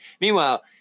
Meanwhile